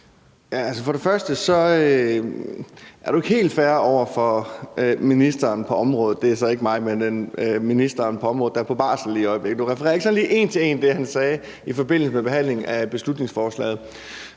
vil jeg sige, at du ikke er helt fair over for ministeren på området, og det er så ikke mig, for ministeren på området er på barselsorlov lige i øjeblikket. Du refererer ikke sådan lige en til en det, han sagde i forbindelse med behandlingen af beslutningsforslaget,